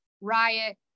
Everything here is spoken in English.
riot